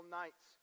nights